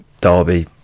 Derby